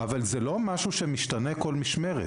אבל זה לא משהו שמשתנה כל משמרת.